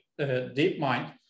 DeepMind